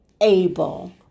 able